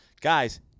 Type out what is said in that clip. Guys